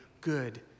good